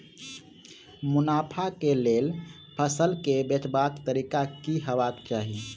मुनाफा केँ लेल फसल केँ बेचबाक तरीका की हेबाक चाहि?